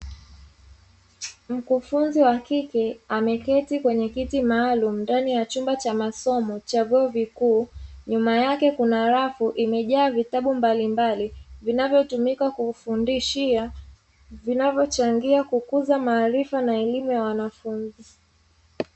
Mkufunzi wa kike ameketi kwenye kiti maalumu ndani ya chumba cha masomo cha vyuo vikuu. Nyuma yake kuna rafu imejaa vitabu mbalimbali vinavyotumika kufundishia vinavyochangia kukuza maarifa na elimu ya wanafunzi.